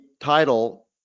title